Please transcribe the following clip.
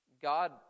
God